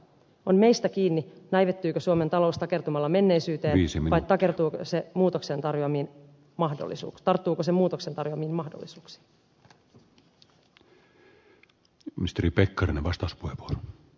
on meistä kiinni näivettyykö suomen talous takertumalla menneisyyteen similä takertuu kyse muutoksen tarjoamiin vai tarttuuko se muutoksen tarjoamiin mahdollisuuksiin